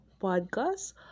podcast